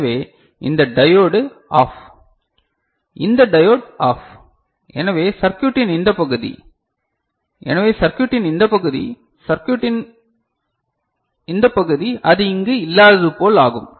எனவே இந்த diode off இந்த டையோடு ஆஃப் எனவே சர்க்யூட்டின் இந்த பகுதி எனவே சர்க்யூட்டின் இந்த பகுதி சர்க்யூட்டின் இந்த பகுதி அது இங்கு இல்லாததுபோல் ஆகும்